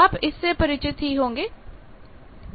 आप इससे परिचित ही होंगे